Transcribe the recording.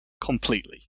completely